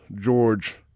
George